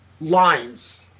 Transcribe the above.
lines